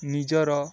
ନିଜର